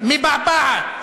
מבעבעת